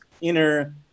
inner